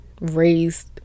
raised